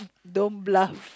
don't bluff